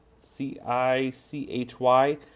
C-I-C-H-Y